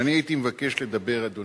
אני הייתי מבקש לדבר, אדוני,